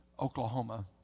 Oklahoma